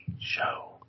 show